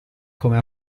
come